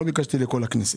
לא ביקשתי לכל הכנסת: